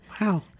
Wow